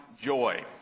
joy